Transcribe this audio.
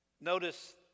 Notice